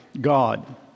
God